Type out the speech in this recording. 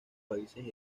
países